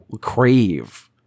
crave